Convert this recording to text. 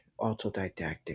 autodidactic